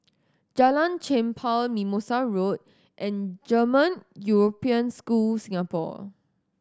Jalan Chempah Mimosa Road and German European School Singapore